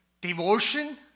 Devotion